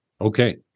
Okay